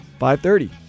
5-30